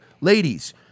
ladies